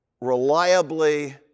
reliably